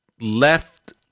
left